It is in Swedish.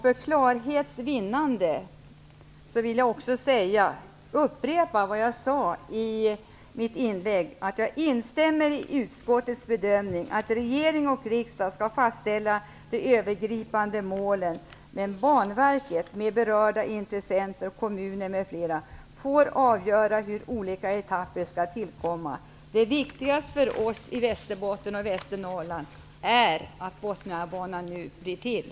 För klarhets vinnande vill jag också upprepa vad jag sade i mitt inlägg, nämligen att jag instämmer i utskottets bedömning, dvs. att regering och riksdag skall fastställa de övergripande målen, men att Banverket tillsammans med berörda intressenter, kommuner m.fl., får avgöra hur olika etapper skall tillkomma. Det viktigaste för oss i Västerbotten och Västernorrland är att Bothniabanan nu blir till.